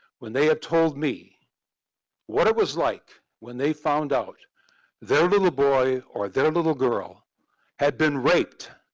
when they have told me what it was like when they found out their little boy or their little girl had been raped